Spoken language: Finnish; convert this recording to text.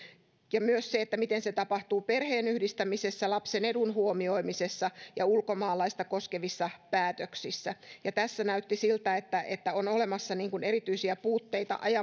ja myös se miten se toteutuu perheenyhdistämisessä lapsen edun huomioimisessa ja ulkomaalaista koskevissa päätöksissä tässä näytti siltä että että on olemassa erityisiä puutteita